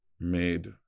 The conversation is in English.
made